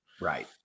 Right